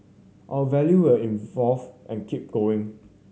our value will evolve and keep going